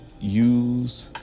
Use